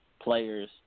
players